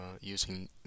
using